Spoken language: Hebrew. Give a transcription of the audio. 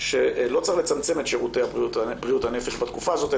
שלא צריך לצמצם את שירות בריאות הנפש בתקופה הזאת,